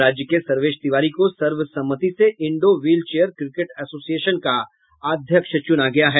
राज्य के सर्वेश तिवारी को सर्वसम्मति से इंडो व्हीलचेयर क्रिकेट एसोसिएशन का अध्यक्ष चुना गया है